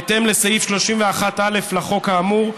בהתאם לסעיף 31(א) לחוק האמור.